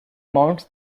mounts